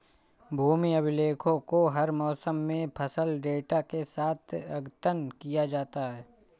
भूमि अभिलेखों को हर मौसम में फसल डेटा के साथ अद्यतन किया जाता है